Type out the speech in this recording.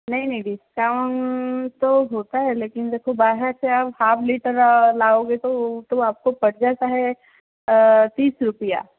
नहीं नहीं डिस्काउन्ट तो होता है लेकिन देखो बाहर से आप हाफ़ लीटर लाओगे तो तो आपको पड़ जाता है तीस रुपया